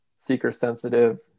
seeker-sensitive